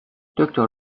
دکتر